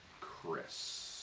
Chris